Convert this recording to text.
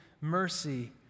mercy